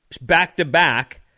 back-to-back